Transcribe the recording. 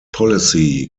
policy